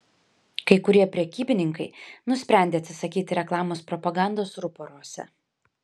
kai kurie prekybininkai nusprendė atsisakyti reklamos propagandos ruporuose